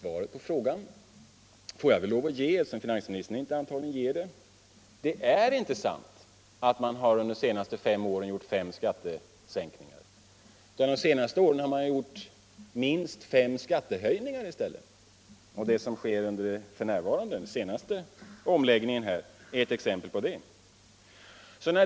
Svaret på frågan får jag väl lov att ge eftersom finansministern antagligen inte ger det. Det är inte sant att han under de senaste fem åren gjort fem skattesänkningar, utan de senaste åren har inneburit minst fem skattehöjningar i stället. Och det som sker f. n., den senaste omläggningen, är ett exempel på det.